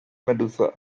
medusa